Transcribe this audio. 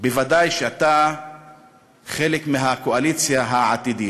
אתה בוודאי חלק מהקואליציה העתידית,